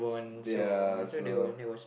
ya so